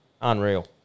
unreal